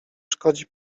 szkodzi